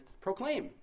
proclaim